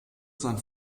sein